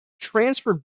transferred